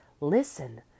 Listen